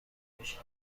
میشیم